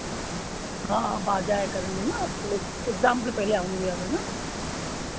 हाँ हाँ अब आ जाया करेंगे ना अब एग्जाम के पहले आऊँगी अब है ना